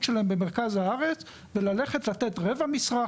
שלהם במרכז הארץ וללכת לתת רבע משרה,